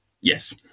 Yes